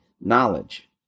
knowledge